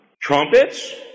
Trumpets